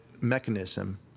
mechanism